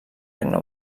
regne